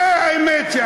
זו האמת.